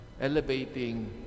elevating